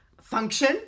function